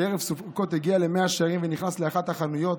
שבערב סוכות הגיע למאה שערים ונכנס לאחת החנויות,